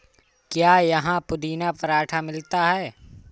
क्या यहाँ पुदीना पराठा मिलता है?